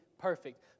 perfect